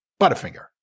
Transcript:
Butterfinger